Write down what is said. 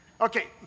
Okay